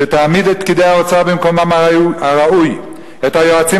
שתעמיד את פקידי האוצר במקומם הראוי ואת היועצים